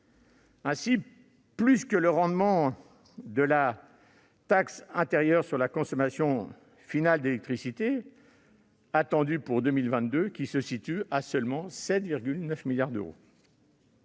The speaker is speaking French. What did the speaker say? soit plus que le rendement de la taxe intérieure sur la consommation finale d'électricité, la TICFE, attendu pour 2022, qui se situe à seulement 7,9 milliards d'euros